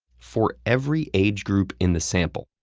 for every age group in the sample,